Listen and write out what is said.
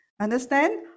understand